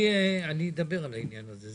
אני אדבר על העניין הזה,